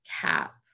cap